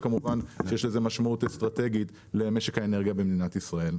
וכמובן שיש לזה משמעות אסטרטגית למשק האנרגיה במדינת ישראל.